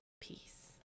peace